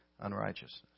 unrighteousness